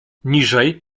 niżej